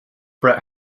bret